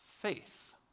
faith